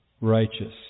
righteous